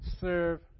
Serve